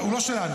לא שלנו,